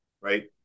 right